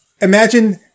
imagine